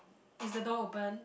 is the door open